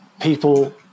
people